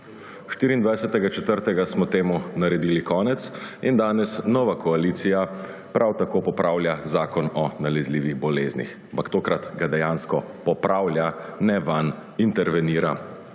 24. 4. smo temu naredili konec in danes nova koalicija prav tako popravlja Zakon o nalezljivih boleznih. Ampak tokrat ga dejansko popravlja, ne vanj intervenira